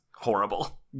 Horrible